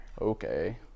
okay